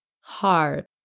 hard